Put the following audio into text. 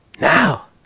Now